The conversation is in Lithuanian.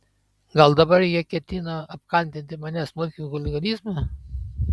gal dabar jie ketino apkaltinti mane smulkiu chuliganizmu